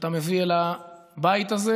שאתה מביא אל הבית הזה,